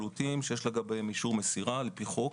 שיש לגביהם אישור מסירה על פי חוק.